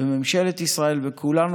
לכל עירייה יש כמה קצינים וחיילים